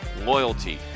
loyalty